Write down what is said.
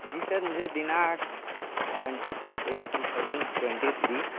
जी sir मुझे दिनांक twenty two eight two thousand twenty three